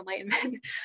enlightenment